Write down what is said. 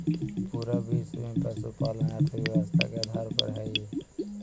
पूरा विश्व में पशुपालन अर्थव्यवस्था के आधार हई